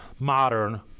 modern